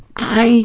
i